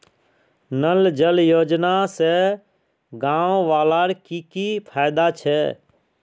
नल जल योजना से गाँव वालार की की फायदा छे?